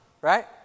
right